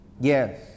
Yes